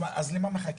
אז למה מחכים?